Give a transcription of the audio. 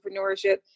entrepreneurship